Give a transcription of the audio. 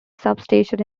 substation